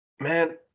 man